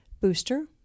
Booster